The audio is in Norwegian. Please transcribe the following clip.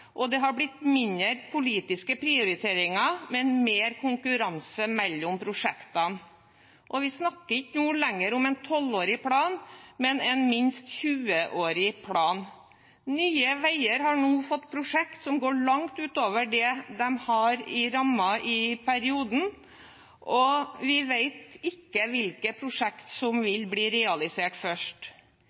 og det har blitt mindre politiske prioriteringer og mer konkurranse mellom prosjektene. Vi snakker ikke lenger om en tolvårig plan, men en minst tjueårig plan. Nye Veier har nå fått prosjekter som går langt utover det de har i rammen for perioden, og vi vet ikke hvilke prosjekter som vil bli realisert først.